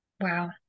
Wow